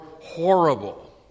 horrible